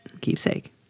Keepsake